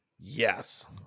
yes